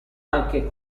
anche